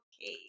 okay